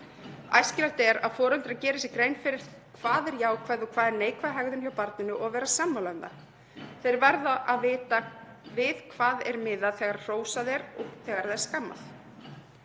Æskilegt er að foreldrar geri sér grein fyrir því hvað er jákvæð og hvað er neikvæð hegðun hjá barninu og vera sammála um það. Þeir verða að vita við hvað er miðað þegar hrósað er eða skammað.